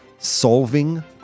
Solving